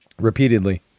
repeatedly